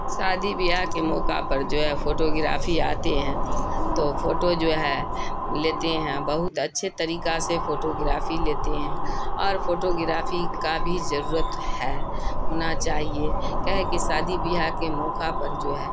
سادی بیاہ کے موقع پر جو ہے فوٹو گرافی آتے ہیں تو فوٹو جو ہے لیتے ہیں بہت اچھے طریقہ سے فوٹو گرافی لیتے ہیں اور فوٹو گرافی کا بھی ضرورت ہے ہونا چاہیے کاہے کہ شادی بیاہ کے موقع پر جو ہے